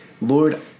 Lord